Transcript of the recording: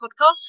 Podcast